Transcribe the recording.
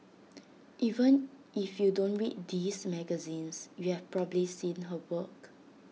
even if you don't read these magazines you've probably seen her work